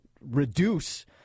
reduce